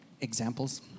examples